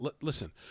listen